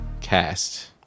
cast